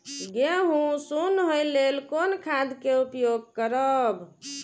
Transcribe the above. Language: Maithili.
गेहूँ सुन होय लेल कोन खाद के उपयोग करब?